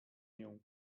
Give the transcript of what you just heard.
nią